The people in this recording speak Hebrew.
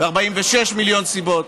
ו-46 מיליון סיבות,